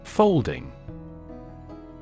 Folding